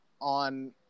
on